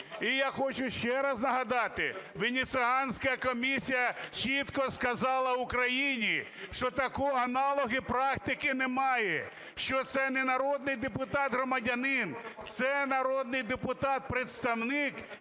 І я хочу ще раз нагадати, Венеціанська комісія чітко сказала Україні, що такого аналогу практики немає, що це не народний депутат громадянин, це народний депутат, представник,